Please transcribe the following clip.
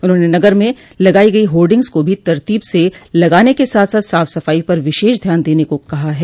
उन्होंने नगर में लगाई गई होर्डिंग्स को भी तरतीब से लगाने के साथ साथ साफ सफाई पर विशेष ध्यान देने को भी कहा है